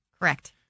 Correct